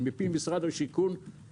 ומפי משרד השיכון,